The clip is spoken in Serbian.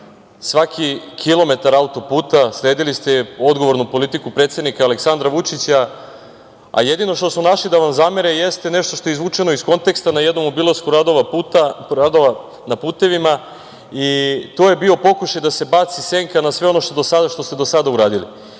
svaki kilometar auto-puta, sledili ste odgovornu politiku predsednika Aleksandra Vučića, a jedino što su našli da vam zamere jeste nešto što je izvučeno iz konteksta na jednom obilasku radova na putevima i to je bio pokušaj da se baci senka na sve ono što ste do sada uradili.